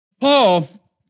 Paul